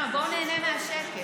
בואו ניהנה מהשקט,